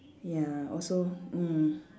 ya also mm